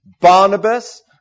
Barnabas